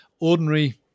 ordinary